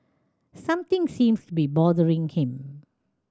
something seems to be bothering him